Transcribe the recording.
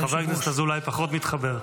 חבר הכנסת אזולאי פחות מתחבר.